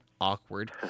Awkward